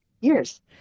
years